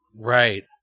right